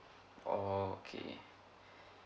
orh okay